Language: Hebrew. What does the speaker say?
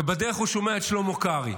ובדרך הוא שומע את שלמה קרעי.